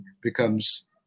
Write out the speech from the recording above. becomes